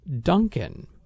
Duncan